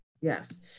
yes